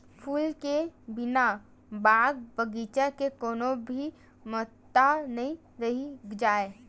फूल के बिना बाग बगीचा के कोनो भी महत्ता नइ रहि जाए